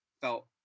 felt